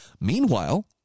Meanwhile